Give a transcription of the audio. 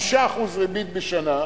5% ריבית בשנה,